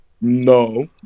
No